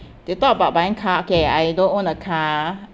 they talk about buying car okay I don't own a car